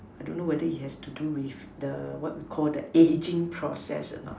I don't know what it has to do with the what we called the ageing process or not